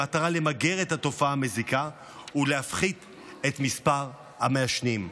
במטרה למגר את התופעה המזיקה ולהפחית את מספר המעשנים.